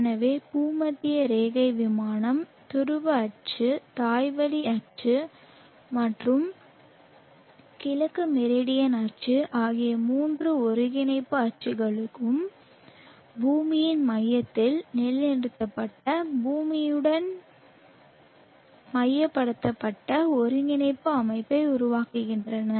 எனவே பூமத்திய ரேகை விமானம் துருவ அச்சு தாய்வழி அச்சு மற்றும் கிழக்கு மெரிடியன் அச்சு ஆகிய மூன்று ஒருங்கிணைப்பு அச்சுகளும் பூமியின் மையத்தில் நிலைநிறுத்தப்பட்ட பூமியுடன் மையப்படுத்தப்பட்ட ஒருங்கிணைப்பு அமைப்பை உருவாக்குகின்றன